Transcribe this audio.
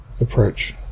approach